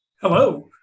Hello